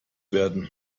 werden